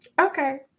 Okay